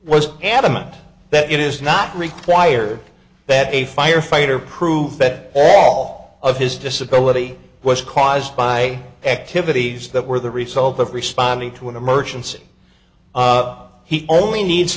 was adamant that it is not required that a firefighter proof bed all of his disability was caused by activities that were the result of responding to an emergency he only needs